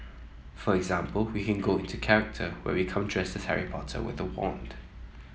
for example we can go into character where we come dresses Harry Potter with a wand